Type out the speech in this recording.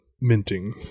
minting